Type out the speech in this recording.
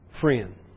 Friend